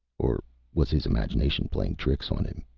or was his imagination playing tricks on him?